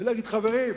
ולהגיד: חברים,